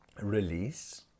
Release